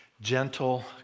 gentle